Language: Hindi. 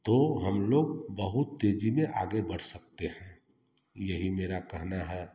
तो हम लोग बहुत तेजी में आगे बढ़ सकते हैं यही मेरा कहना है